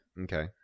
Okay